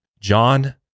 John